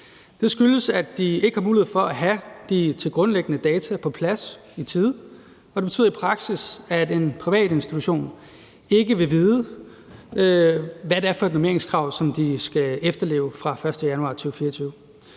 Det skyldes, at de ikke har mulighed for at have de tilgrundliggende data på plads i tide, og det betyder i praksis, at de i en privatinstitution ikke vil vide, hvad det er for et normeringskrav, som de skal efterleve fra den 1. januar 2024.